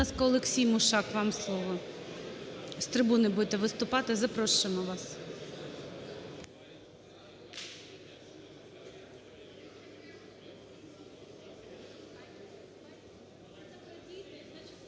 Олексій Мушак, вам слово. З трибуни будете виступати, запрошуємо вас.